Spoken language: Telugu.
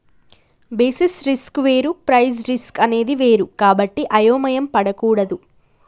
బేసిస్ రిస్క్ వేరు ప్రైస్ రిస్క్ అనేది వేరు కాబట్టి అయోమయం పడకూడదు